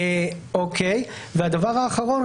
הדבר האחרון,